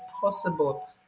possible